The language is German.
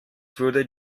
würde